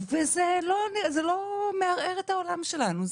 וזה לא מערער את העולם שלנו,